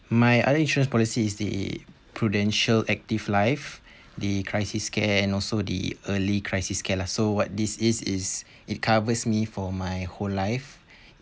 my other insurance policies is the prudential active life the crisis care and also the early crisis care lah so what this is is it covers me for my whole life